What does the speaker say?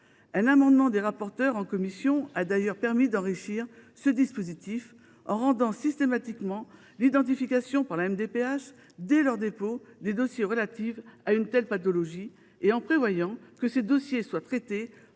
Un amendement des rapporteures en commission a d’ailleurs permis d’enrichir le dispositif en rendant systématique l’identification par la MDPH, dès leur dépôt, des dossiers relatifs à une telle pathologie et en prévoyant que ces dossiers soient traités